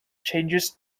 changes